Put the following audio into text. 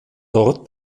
dort